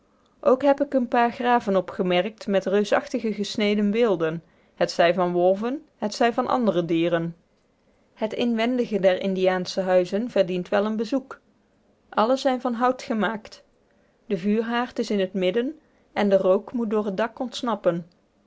ook heb ik een paar graven opgemerkt met reusachtige gesneden beelden t zij van wolven t zij van andere dieren het inwendige der indiaansche huizen verdient wel een bezoek alle zijn van hout gemaakt de vuurhaard is in t midden en de rook moet door het dak ontsnappen